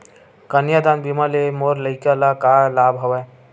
कन्यादान बीमा ले मोर लइका ल का लाभ हवय?